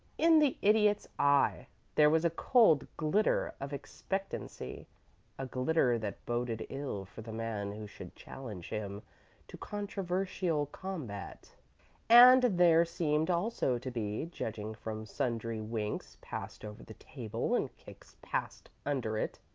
in the idiot's eye there was a cold glitter of expectancy a glitter that boded ill for the man who should challenge him to controversial combat and there seemed also to be, judging from sundry winks passed over the table and kicks passed under it,